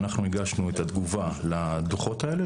ואנחנו הגשנו את התגובה לדוחות האלה,